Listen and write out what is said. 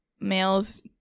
males